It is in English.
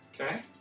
Okay